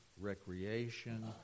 recreation